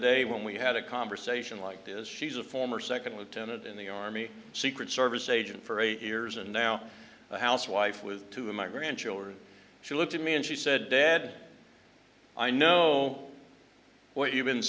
day when we had a conversation like this she's a former second lieutenant in the army secret service agent for eight years and now a housewife with two of my grandchildren she looked at me and she said dad i know what you've been